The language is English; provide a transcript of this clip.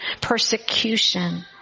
persecution